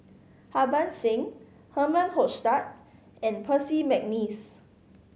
Harbans Singh Herman Hochstadt and Percy McNeice